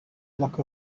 pluck